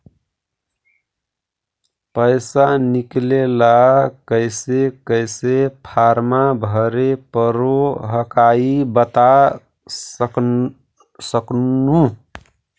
पैसा निकले ला कैसे कैसे फॉर्मा भरे परो हकाई बता सकनुह?